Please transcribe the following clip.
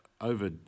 over